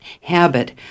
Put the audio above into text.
habit